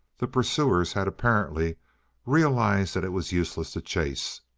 the pursuers had apparently realized that it was useless to chase.